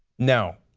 now,